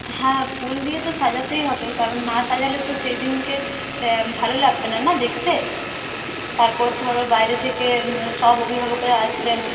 হ্যাঁ ফুল দিয়ে তো সাজাতেই হবে কারণ না সাজালে তো সেইদিনকে ভালো লাগবে না না দেখতে তারপর ধরো বাইরে থেকে সব অভিভাবকরা আসবেন